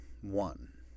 one